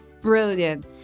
brilliant